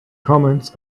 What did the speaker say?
comments